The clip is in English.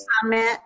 comment